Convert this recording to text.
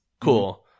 cool